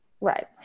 Right